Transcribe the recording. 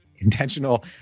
intentional